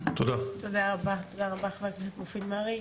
תודה רבה חבר הכנסת מופיד מרעי.